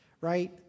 right